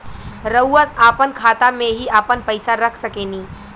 रउआ आपना खाता में ही आपन पईसा रख सकेनी